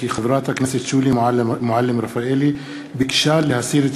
כי חברת הכנסת שולי מועלם-רפאלי ביקשה להסיר את